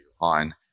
on